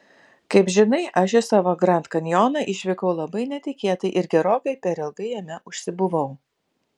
kaip žinai aš į savo grand kanjoną išvykau labai netikėtai ir gerokai per ilgai jame užsibuvau